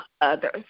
others